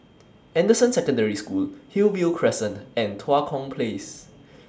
Anderson Secondary School Hillview Crescent and Tua Kong Place